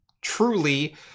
truly